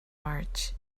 march